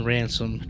Ransom